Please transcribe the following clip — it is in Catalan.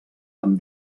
amb